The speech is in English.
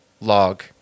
log